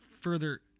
further